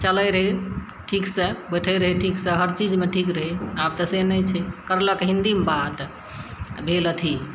चलय रहय ठीकसँ बैठय रहय ठीकसँ हर चीजमे ठीक रहय आब तऽ से नहि छै करलक हिन्दीमे बात आओर भेल अथी